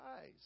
eyes